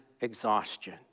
exhaustion